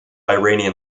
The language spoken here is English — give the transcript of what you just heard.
iranian